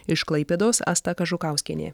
iš klaipėdos asta kažukauskienė